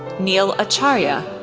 neil acharya,